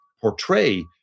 portray